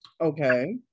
Okay